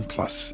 Plus